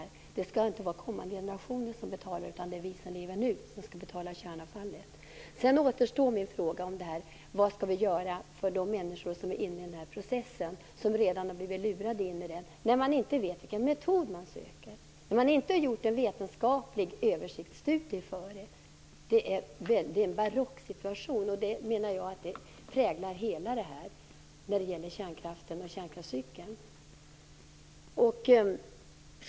Kärnavfallet skall inte betalas av kommande generationer utan av oss som lever nu. Min fråga om vad vi skall göra för de människor som redan har lurats in i den här processen kvarstår. Det är en barock situation när man inte vet vilken metod man söker och när det inte gjorts någon vetenskaplig översiktsstudie. Jag menar att detta präglar allt som gäller kärnkraften och kärnkraftscykeln.